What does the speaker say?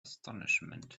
astonishment